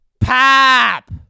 Pop